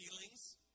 feelings